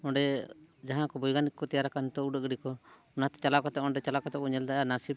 ᱚᱸᱰᱮ ᱡᱟᱦᱟᱸ ᱠᱚ ᱵᱳᱭᱜᱟᱱᱤᱠ ᱠᱚ ᱛᱮᱭᱟᱨ ᱟᱠᱟᱱ ᱚᱱᱟᱛᱮ ᱪᱟᱞᱟᱣ ᱠᱟᱛᱮᱫ ᱚᱸᱰᱮ ᱪᱟᱞᱟᱣ ᱠᱟᱛᱮᱫ ᱵᱚᱱ ᱧᱮᱞ ᱫᱟᱲᱮᱭᱟᱜᱼᱟ ᱱᱟᱹᱥᱤᱵ